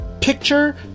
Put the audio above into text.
picture